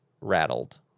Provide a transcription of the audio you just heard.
rattled